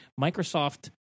Microsoft